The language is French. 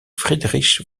friedrich